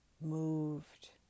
moved